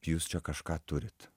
jūs čia kažką turit